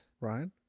Ryan